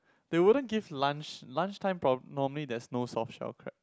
they wouldn't give lunch lunch time prob~ normally there's no soft shell crab